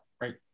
right